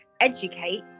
educate